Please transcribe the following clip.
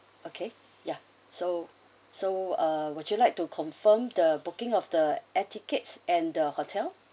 okay ya so so uh would you like to confirm the booking of the air tickets and the hotel